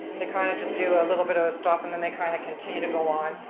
they kind of just do a little bit of a stop and then they kind of continue to go on,